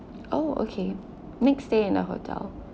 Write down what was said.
oh okay next stay in the hotel